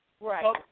Right